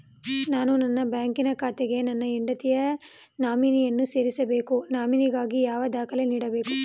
ನಾನು ನನ್ನ ಬ್ಯಾಂಕಿನ ಖಾತೆಗೆ ನನ್ನ ಹೆಂಡತಿಯ ನಾಮಿನಿಯನ್ನು ಸೇರಿಸಬೇಕು ನಾಮಿನಿಗಾಗಿ ಯಾವ ದಾಖಲೆ ನೀಡಬೇಕು?